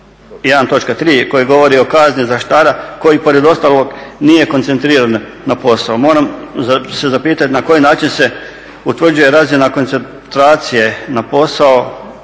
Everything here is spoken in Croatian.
3. koja govori o kazni zaštitara koji pored ostalog nije koncentriran na posao. Moram se zapitati na koji način se utvrđuje razina koncentracije na posao